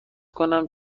کنم